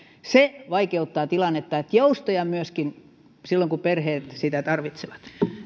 vaikeuttaa tilannetta niin että joustoja myöskin silloin kun perheet sitä tarvitsevat